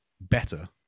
better